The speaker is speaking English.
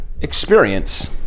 experience